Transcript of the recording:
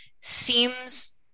seems